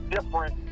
different